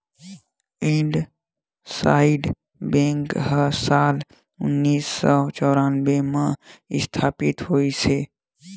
IndusInd bank ह साल उन्नीस सौ चैरानबे म इस्थापित होइस हे